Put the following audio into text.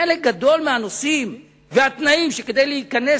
וחלק גדול מהנושאים והתנאים כדי להיכנס